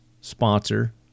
sponsor